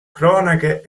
cronache